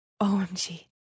OMG